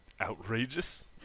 outrageous